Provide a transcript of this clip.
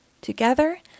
Together